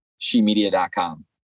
shemedia.com